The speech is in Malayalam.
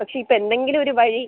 പക്ഷെ ഇപ്പോൾ എന്തെങ്കിലും ഒരു വഴി